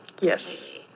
Yes